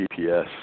GPS